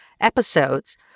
episodes